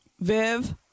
Viv